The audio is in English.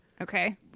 Okay